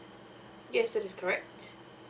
yes this is correct